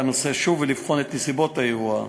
הנושא שוב ולבחון את נסיבות האירוע,